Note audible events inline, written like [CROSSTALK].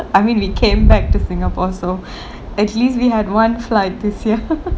[LAUGHS] I mean we came back to singapore so at least we had one flight this year [LAUGHS]